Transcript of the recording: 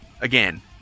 again